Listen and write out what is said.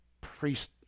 Priest